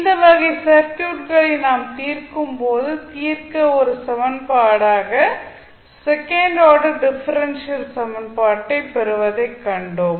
இந்த வகை சர்க்யூட்களை நாம் தீர்க்கும்போது தீர்க்க ஒரு சமன்பாடாக செகண்ட் ஆர்டர் டிஃபரென்ஷியல் சமன்பாட்டைப் பெறுவதைக் கண்டோம்